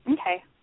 Okay